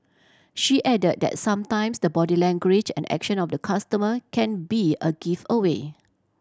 she added that sometimes the body language and action of the customer can be a giveaway